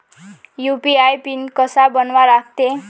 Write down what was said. UPI PIN कसा बनवा लागते?